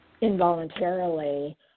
involuntarily